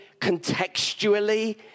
contextually